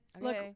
look